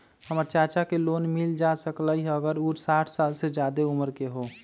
हमर चाचा के लोन मिल जा सकलई ह अगर उ साठ साल से जादे उमर के हों?